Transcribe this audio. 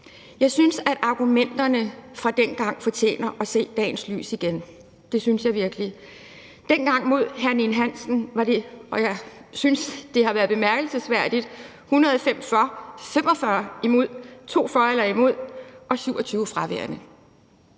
Jeg synes, at argumenterne fra dengang fortjener at se dagens lys igen. Det synes jeg virkelig. Dengang med Ninn-Hansen – og jeg synes, det var bemærkelsesværdigt – var der 105 for, 45 imod og 2 hverken